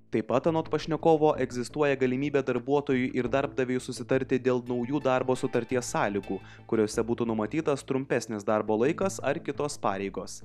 taip pat anot pašnekovo egzistuoja galimybė darbuotojui ir darbdaviui susitarti dėl naujų darbo sutarties sąlygų kuriose būtų numatytas trumpesnis darbo laikas ar kitos pareigos